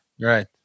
right